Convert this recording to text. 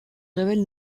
révèle